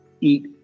eat